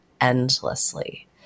endlessly